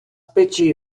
печи